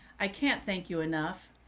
i can't. thank you enough.